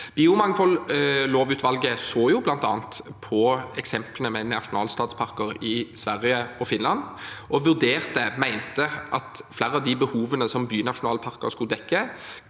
Biomangfoldlovutvalget så jo bl.a. på eksemplene med «nationalstadsparker» i Sverige og Finland og mente at flere av de behovene som bynasjonalparker skulle dekke,